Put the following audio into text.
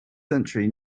century